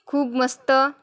खूप मस्त